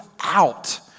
out